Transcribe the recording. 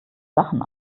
sachen